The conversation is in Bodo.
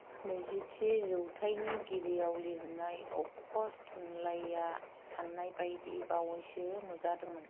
नैजी थि जौथाइनि गिबियाव लिरनाय अबखज थुनलाइया साननायबादि बावैसो नुजादोंमोन